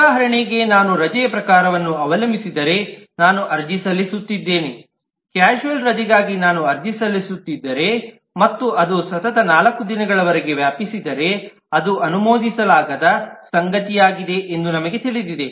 ಉದಾಹರಣೆಗೆ ನಾನು ರಜೆಯ ಪ್ರಕಾರವನ್ನು ಅವಲಂಬಿಸಿದರೆ ನಾನು ಅರ್ಜಿ ಸಲ್ಲಿಸುತ್ತಿದ್ದೇನೆ ಕ್ಯಾಶುಯಲ್ ರಜೆಗಾಗಿ ನಾನು ಅರ್ಜಿ ಸಲ್ಲಿಸುತ್ತಿದ್ದರೆ ಮತ್ತು ಅದು ಸತತ 4 ದಿನಗಳವರೆಗೆ ವ್ಯಾಪಿಸಿದರೆ ಅದು ಅನುಮೋದಿಸಲಾಗದ ಸಂಗತಿಯಾಗಿದೆ ಎಂದು ನಮಗೆ ತಿಳಿದಿದೆ